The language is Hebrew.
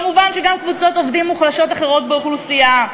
מובן שגם קבוצות עובדים מוחלשות אחרות באוכלוסייה,